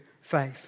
faith